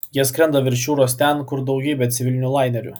jie skrenda virš jūros ten kur daugybė civilinių lainerių